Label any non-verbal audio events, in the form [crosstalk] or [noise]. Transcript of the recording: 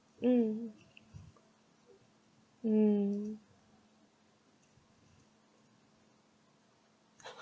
mm mm [laughs]